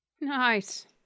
Nice